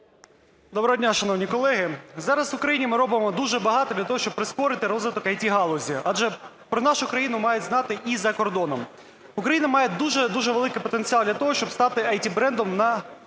Доброго дня, шановні колеги. Зараз в Україні ми робимо дуже багато для того, щоб прискорити розвиток ІТ-галузі. Адже про нашу країну мають знати і за кордоном. Україна має дуже великий потенціал для того, щоб стати ІТ-брендом на